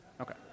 Okay